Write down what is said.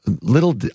little